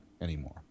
anymore